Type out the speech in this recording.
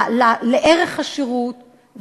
לערך השירות,